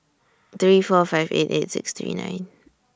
three four five eight eight six three nine